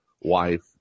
wife